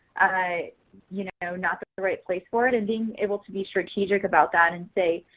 ah you know, not the right place for it, and being able to be strategic about that and say,